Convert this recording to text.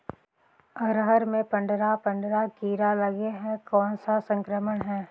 अरहर मे पंडरा पंडरा कीरा लगे हे कौन सा संक्रमण हे?